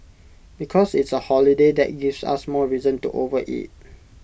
because it's A holiday that gives us more reason to overeat